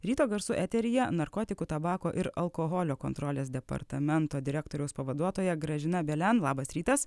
ryto garsų eteryje narkotikų tabako ir alkoholio kontrolės departamento direktoriaus pavaduotoja gražina belen labas rytas